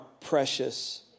precious